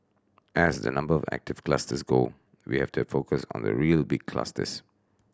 as the number of active clusters go we have to focus on the real big clusters